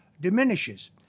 diminishes